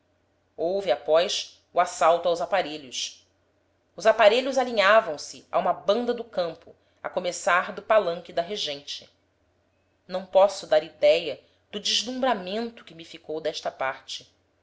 houve após o assalto aos aparelhos os aparelhos alinhavam se a uma banda do campo a começar do palanque da regente não posso dar idéia do deslumbramento que me ficou desta parte